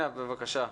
אינה, בבקשה.